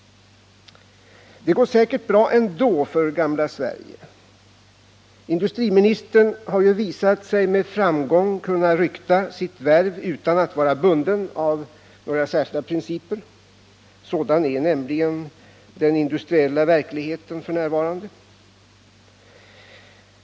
Det går säkert bra ändå för gamla Sverige. Industriministern har visat sig med framgång kunna rykta sitt värv utan att vara bunden av några särskilda principer. Sådan är nämligen den industriella verkligheten f.n.